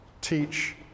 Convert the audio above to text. teach